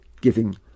giving